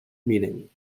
meaning